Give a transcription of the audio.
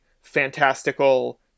fantastical